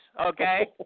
okay